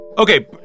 Okay